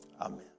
Amen